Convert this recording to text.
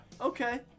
Okay